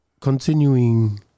continuing